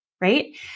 Right